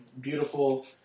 Beautiful